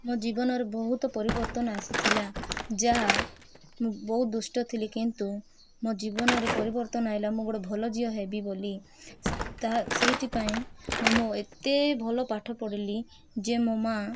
ମୋ ଜୀବନରେ ବହୁତ ପରିବର୍ତ୍ତନ ଆସିଥିଲା ଯାହା ମୁଁ ବହୁତ ଦୁଷ୍ଟ ଥିଲି କିନ୍ତୁ ମୋ ଜୀବନରେ ପରିବର୍ତ୍ତନ ଆସିଲା ମୁଁ ଗୋଟେ ଭଲ ଝିଅ ହେବି ବୋଲି ତାହା ସେଇଥିପାଇଁ ମୁଁ ମୋ ଏତେ ଭଲ ପାଠପଢ଼ିଲି ଯେ ମୋ ମାଆ